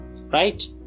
Right